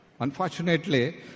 Unfortunately